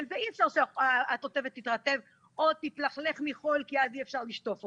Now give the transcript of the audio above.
ואי-אפשר שהתותבת תתרטב או תתלכלך מחול כי אז אי-אפשר לשטוף אותה.